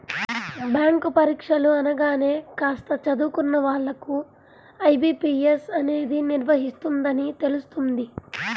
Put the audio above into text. bank పరీక్షలు అనగానే కాస్త చదువుకున్న వాళ్ళకు ఐ.బీ.పీ.ఎస్ అనేది నిర్వహిస్తుందని తెలుస్తుంది